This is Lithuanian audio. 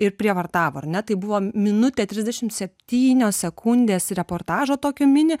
ir prievartavo ar ne tai buvo minutė trisdešimt septynios sekundės reportažo tokio mini